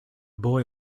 boy